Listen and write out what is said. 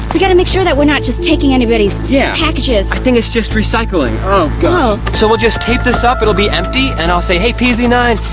we gotta make sure that we're not just taking anybody's yeah. packages. i think it's just recycling. oh gosh. oh. so we'll just tape this up, it'll be empty, and i'll say, hey, p z nine,